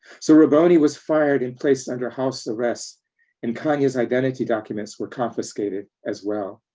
so rebone he was fired and placed under house arrest and khanya's identity documents were confiscated, as well.